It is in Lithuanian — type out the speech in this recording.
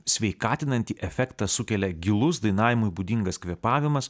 sveikatinantį efektą sukelia gilus dainavimui būdingas kvėpavimas